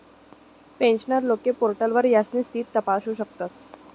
pensioner लोके पोर्टलवर त्यास्नी स्थिती तपासू शकतस